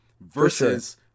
versus